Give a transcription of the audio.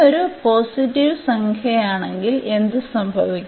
ഒരു പോസിറ്റീവ് സംഖ്യയാണെങ്കിൽ എന്ത് സംഭവിക്കും